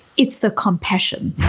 it's the compassion.